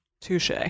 touche